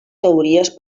teories